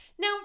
Now